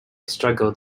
struggled